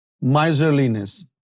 Miserliness